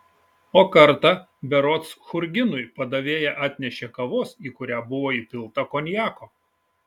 o kartą berods churginui padavėja atnešė kavos į kurią buvo įpilta konjako